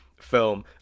film